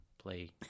Play